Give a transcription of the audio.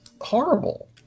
horrible